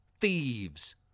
thieves